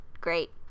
great